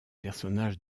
personnages